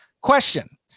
question